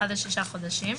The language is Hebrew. אחת לשישה חודשים,